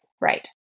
right